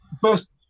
first